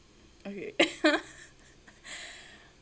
okay